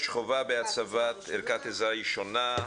יש חובה בהצבת ערכת עזרה ראשונה.